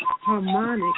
harmonic